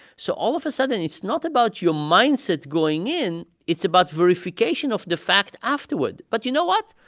so all of a sudden, it's not about your mindset going in. it's about verification of the fact afterward. but you know what?